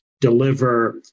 deliver